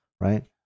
right